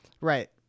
Right